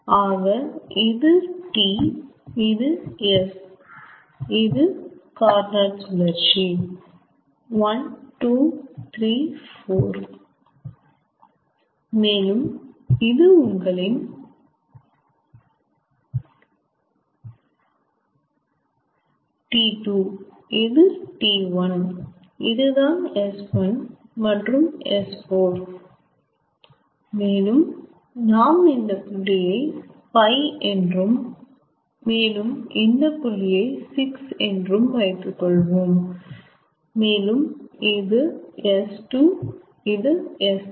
ஆக இது T இது S இது கார்னோட் சுழற்சி 1 2 3 4 மேலும் இது உங்கள் T2 இது T1 இது தான் S1 மற்றும் S4 மேலும் நாம் இந்த புள்ளியை 5 என்றும் மேலும் இந்த புள்ளியை 6 என்றும் வைத்து கொள்வோம் மேலும் இது S2 S3